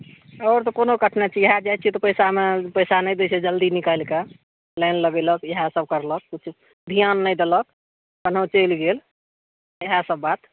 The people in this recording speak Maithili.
आओर तऽ कोनो कठिनाइ छै इएह हे जाइ छियै तऽ पैसामे पैसा नहि दै छै जल्दी निकालि कऽ लाइन लगेलक इएह सब करलक किछु ध्यान नहि देलक कनौ चलि गेल इएह सब बात